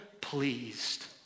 pleased